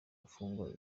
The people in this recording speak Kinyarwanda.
mfungwa